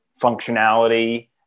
functionality